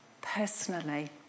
personally